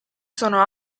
sono